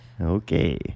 Okay